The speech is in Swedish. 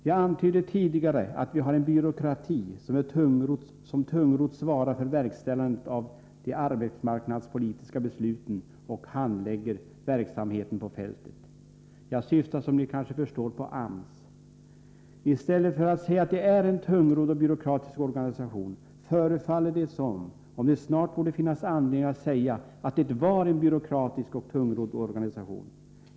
Jag antydde tidigare att vi har en byråkrati som tungrott svarar för verkställandet av de arbetsmarknadspolitiska besluten och handlägger verksamheten på fältet. Jag syftar som ni kanske förstår på AMS. I stället för att säga att det är en tungrodd och byråkratisk organisation förefaller det som om det snart borde finnas anledning att säga att det var en byråkratisk och tungrodd organisation.